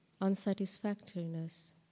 unsatisfactoriness